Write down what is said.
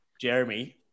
Jeremy